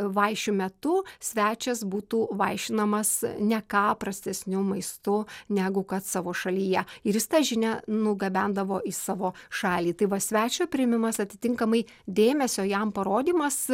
vaišių metu svečias būtų vaišinamas ne ką prastesniu maistu negu kad savo šalyje ir jis tą žinią nugabendavo į savo šalį tai va svečio priėmimas atitinkamai dėmesio jam parodymas